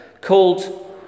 called